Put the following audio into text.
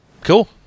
Cool